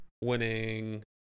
winning